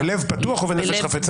בלב פתוח ובנפש חפצה.